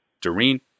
Doreen